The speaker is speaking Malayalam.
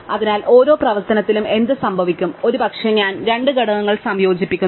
അതിനാൽ ഓരോ പ്രവർത്തനത്തിലും എന്ത് സംഭവിക്കാം ഒരുപക്ഷേ ഞാൻ രണ്ട് ഘടകങ്ങൾ സംയോജിപ്പിക്കുന്നു